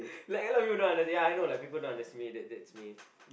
like a lot people don't under ya I know like people don't under that's me that that's me